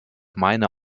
meine